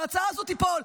וההצעה הזו תיפול.